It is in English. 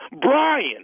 Brian